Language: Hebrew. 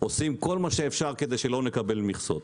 עושים כל מה שאפשר כדי שלא נקבל מכסות,